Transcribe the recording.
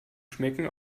schmecken